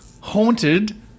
haunted